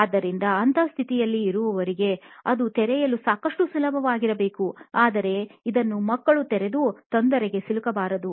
ಆದ್ದರಿಂದ ಅಂತಹ ಸ್ಥಿತಿಯಲ್ಲಿ ಇರುವವರಿಗೆ ಅದು ತೆರೆಯಲು ಸಾಕಷ್ಟು ಸುಲಭವಾಗಬೇಕುಆದರೆ ಇದನ್ನು ಮಕ್ಕಳು ತೆರೆದು ತೊಂದರೆಗೆ ಸಿಲುಕಬಾರದು